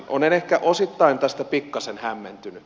olen ehkä osittain tästä pikkasen hämmentynyt